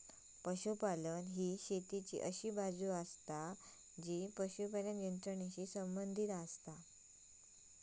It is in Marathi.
पशुपालन ही शेतीची अशी बाजू आसा जी पशुपालन यंत्रणेशी संबंधित आसा